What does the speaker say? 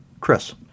Chris